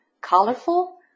colorful